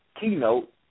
keynote